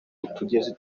utugezi